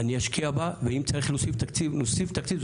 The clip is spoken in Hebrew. אני אשקיע בה, ואם צריך להוסיף תקציב נוסיף תקציב.